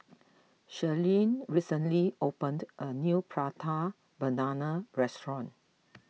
Sherilyn recently opened a new Prata Banana restaurant